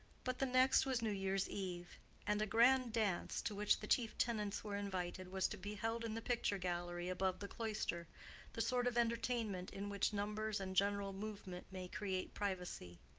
but the next was new year's eve and a grand dance, to which the chief tenants were invited, was to be held in the picture-gallery above the cloister the sort of entertainment in which numbers and general movement may create privacy.